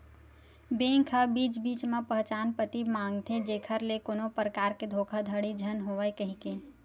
bank ह बीच बीच म पहचान पती मांगथे जेखर ले कोनो परकार के धोखाघड़ी झन होवय कहिके